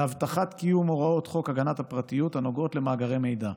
להבטחת קיום הוראות חוק הגנת הפרטיות הנוגעות למאגרי מידע.